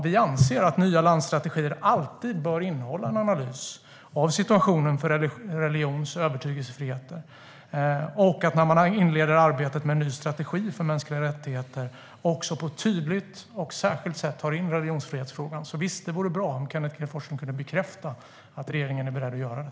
Vi anser att nya landsstrategier alltid ska innehålla en analys av situationen för religions och övertygelsefrihet och att man när man inleder arbetet med en ny strategi för mänskliga rättigheter också på ett tydligt och särskilt sätt tar in religionsfrihetsfrågan. Det vore bra om Kenneth G Forslund kunde bekräfta att regeringen är beredd att göra det.